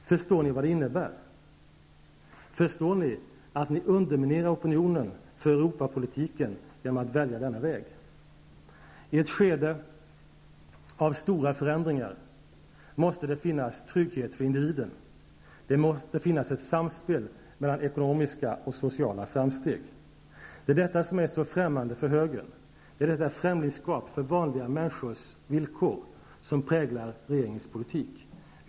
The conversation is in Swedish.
Förstår ni vad det innebär? Förstår ni att ni underminerar opinionen för Europapolitiken genom att välja denna väg? I ett skede av stora förändringar måste det finnas trygghet för individen. Det måste finnas ett samspel mellan ekonomiska och sociala framsteg. Det är detta som är så främmande för högern. Det är ett främlingsskap för vanliga människors villkor som präglar regeringens politik.